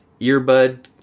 earbud